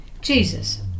Jesus